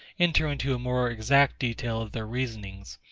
enter into a more exact detail of their reasonings,